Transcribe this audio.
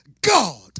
God